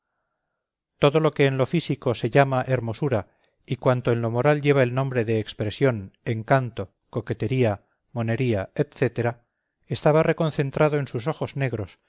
todo lo que en lo físico se llama hermosura y cuanto en lo moral lleva el nombre de expresión encanto coquetería monería etc estaba reconcentrado en sus ojos negros